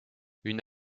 une